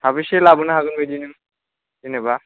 साबेसे लाबोनो हागोन बायदि नों जेन'बा